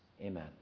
Amen